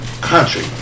country